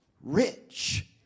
rich